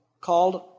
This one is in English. called